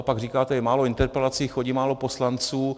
Pak říkáte: je málo interpelací, chodí málo poslanců.